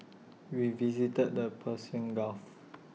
we visited the Persian gulf